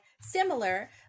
similar